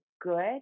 good